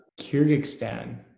Kyrgyzstan